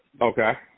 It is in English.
Okay